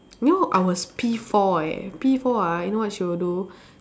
you know I was P four eh P four ah you know what she will do